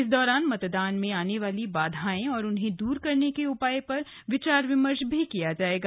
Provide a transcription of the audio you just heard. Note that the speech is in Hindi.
इस दौरान मतदान में आने वाली बाधाएं और उन्हें दूर करने के उपाय पर विचार विमर्श भी किया जायेगा